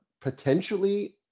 potentially